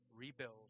Rebuild